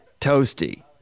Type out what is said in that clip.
toasty